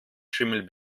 schimmel